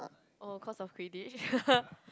oh cause of Quidditch